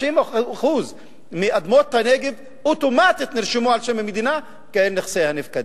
90% מאדמות הנגב אוטומטית נרשמו על שם המדינה כנכסי נפקדים.